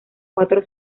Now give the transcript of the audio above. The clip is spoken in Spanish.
cuatro